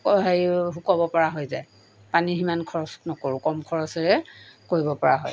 হেৰি শুকুৱাব পৰা হৈ যায় পানী সিমান খৰচ নকৰোঁ কম খৰচেৰে কৰিব পৰা হয়